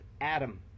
Adam